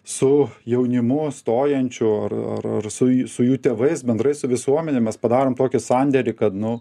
su jaunimu stojančiu ar ar ar su jų su jų tėvais bendrai su visuomene mes padarom tokį sandėrį kad nu